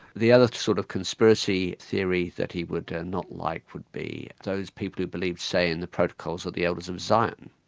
the other sort of conspiracy theory that he would not like would be those people who believe, say, in the protocols of the elders of zion.